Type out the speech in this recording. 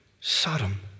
Sodom